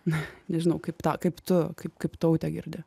na nežinau kaip tą kaip tu kaip kaip taute girdi